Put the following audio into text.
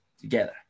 together